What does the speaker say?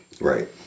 Right